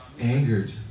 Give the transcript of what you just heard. angered